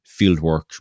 fieldwork